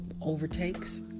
overtakes